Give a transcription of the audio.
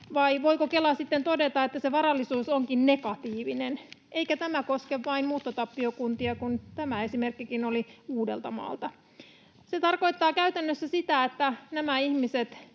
vai voiko Kela sitten todeta, että se varallisuus onkin negatiivinen? Eikä tämä koske vain muuttotappiokuntia, kun tämä esimerkkikin oli Uudeltamaalta. Se tarkoittaa käytännössä sitä, että nämä ihmiset